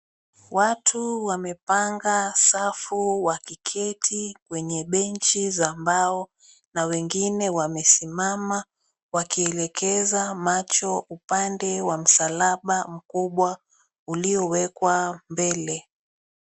Watu wamepanga safu wakiketi kwenye benchi za mbao na wengine wamesimama wakielekeza macho upande wa msalaba mkubwa uliowekwa mbele.